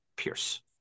pierce